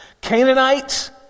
Canaanites